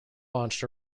launched